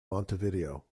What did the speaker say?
montevideo